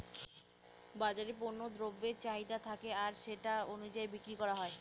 বাজারে পণ্য দ্রব্যের চাহিদা থাকে আর সেটা অনুযায়ী বিক্রি করা হয়